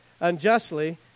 unjustly